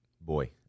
boy